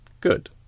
Good